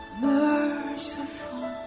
merciful